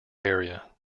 area